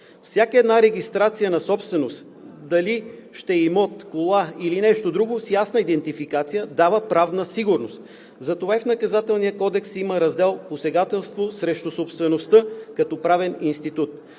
Всяка една регистрация на собственост – дали ще е имот, кола или нещо друго с ясна идентификация, дава правна сигурност. Затова и в Наказателния кодекс има раздел „Посегателство срещу собствеността като правен институт“.